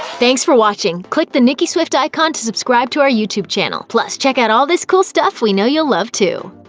thanks for watching! click the nicki swift icon to subscribe to our youtube channel. plus check out all this cool stuff we know you'll love, too!